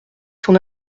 son